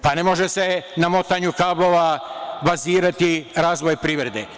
Pa, ne može se na motanju kablova bazirati razvoj privrede.